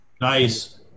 nice